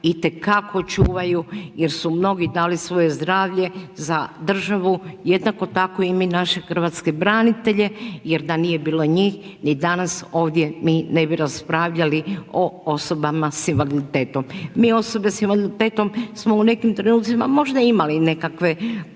itekako čuvaju jer su mnogi dali svoje zdravlje za državu jednako tako i mi naše hrvatske branitelje jer da nije bilo njih, ni danas ovdje mi ne bi raspravljali o osobama sa invaliditetom. Mi osobe sa invaliditetom smo u nekim trenucima možda imali nekakve